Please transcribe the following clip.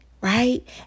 right